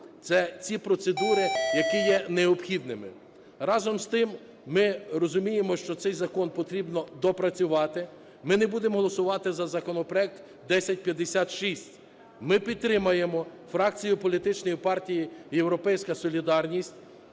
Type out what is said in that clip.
Це ці процедури, які є необхідним. Разом з тим, ми розуміємо, що цей закон потрібно доопрацювати, ми не будемо голосувати за законопроект 1056. Ми підтримає фракцію політичної партії "Європейська солідарність",